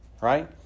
right